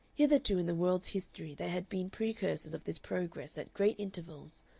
hitherto in the world's history there had been precursors of this progress at great intervals,